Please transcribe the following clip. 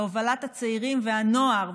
בהובלת הצעירים והנוער,